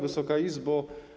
Wysoka Izbo!